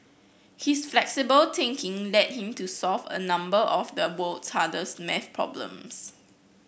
his flexible thinking led him to solve a number of the world's hardest maths problems